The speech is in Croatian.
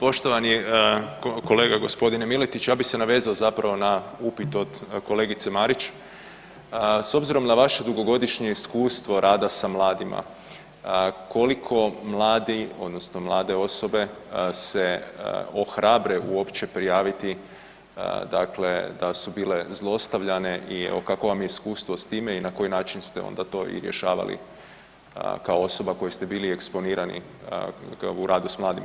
Poštovani kolega gospodine Miletiću ja bi se navezao zapravo na upit od kolegice Marić, s obzirom na vaše dugogodišnje iskustvo rada sa mladima, koliko mladi odnosno mlade osobe se ohrabre uopće dakle da su bile zlostavljane i kakvo vam je iskustvo s time i na koji način ste onda to i rješavali kao osoba koji ste bili eksponirani u radu s mladima?